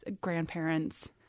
grandparents